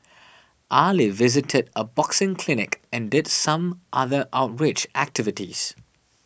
Ali visited a boxing clinic and did some other outreach activities